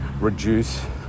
reduce